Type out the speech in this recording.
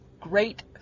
great